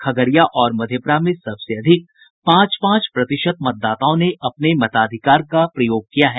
खगड़िया और मधेपुरा में सबसे अधिक पांच पांच प्रतिशत मतदाताओं ने अपने मताधिकार का प्रयोग किया है